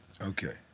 Okay